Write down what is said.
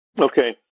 Okay